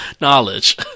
knowledge